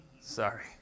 Sorry